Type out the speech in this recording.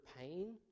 pain